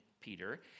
Peter